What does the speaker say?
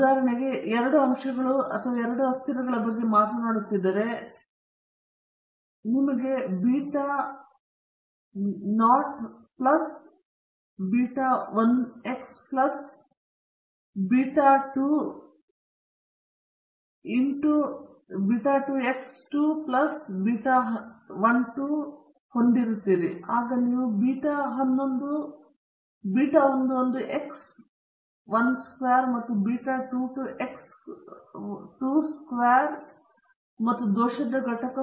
ಉದಾಹರಣೆಗೆ ನೀವು ಎರಡು ಅಂಶಗಳು ಅಥವಾ ಎರಡು ಅಸ್ಥಿರಗಳ ಬಗ್ಗೆ ಮಾತನಾಡುತ್ತಿದ್ದರೆ ನಿಮಗೆ beta naught plus beta 1 x 1 plus beta 2 x 2 plus beta 12 x 1 x 2 ಅನ್ನು ಹೊಂದಿರುತ್ತದೆ ಆಗ ನೀವು ಬೀಟಾ 11 ಎಕ್ಸ್ 1 ಸ್ಕ್ವೇರ್ ಮತ್ತು ಬೀಟಾ 22 ಎಕ್ಸ್ 2 ಸ್ಕ್ವೇರ್ಡ್ ಮತ್ತು ದೋಷದ ಘಟಕ